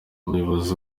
umuyobozi